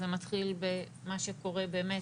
זה מתחיל במה שקורה באמת,